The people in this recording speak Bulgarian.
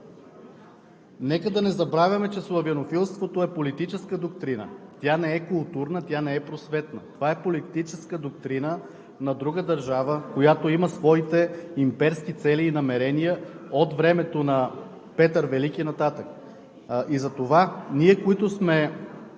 Нека да не забравяме, че славянофилството е политическа доктрина. Тя не е културна, не е просветна. Това е политическа доктрина на друга държава, която има своите имперски цели и намерения от времето на Петър Велики нататък. Затова ние, които сме